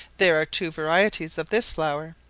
there are two varieties of this flower,